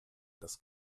das